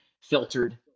filtered